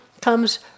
comes